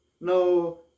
No